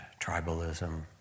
tribalism